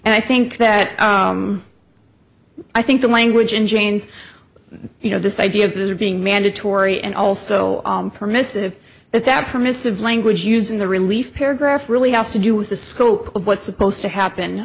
and i think that i think the language in jane's you know this idea of there being mandatory and also permissive that that permissive language used in the relief paragraph really has to do with the scope of what's supposed to happen